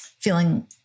feeling